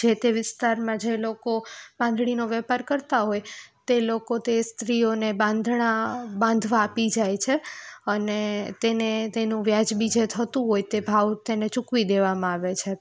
જે તે વિસ્તારમાં જે લોકો બાંધણીનો વેપાર કરતા હોય તે લોકો તે સ્ત્રીઓને બાંધણા બાંધવા આપી જાય છે અને તેને તેનું વ્યાજબી જે થતું હોય તે ભાવ તેને ચૂકવી દેવામાં આવે છે